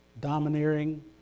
domineering